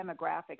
demographics